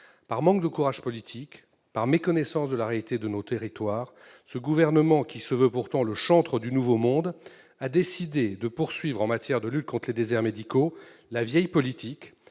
Par manque de courage politique, par méconnaissance de la réalité de nos territoires, ce gouvernement, qui se veut pourtant le chantre d'un nouveau monde, a décidé de poursuivre, en matière de lutte contre les déserts médicaux, la vieille politique,